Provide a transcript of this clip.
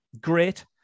great